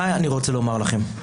מה אני רוצה לומר לכם?